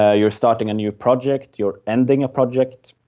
ah you are starting a new project, you are ending a project.